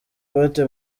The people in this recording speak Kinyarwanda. bate